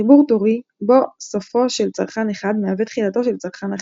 חיבור טורי בו סופו של צרכן אחד מהווה תחילתו של צרכן אחר..